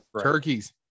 turkeys